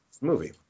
movie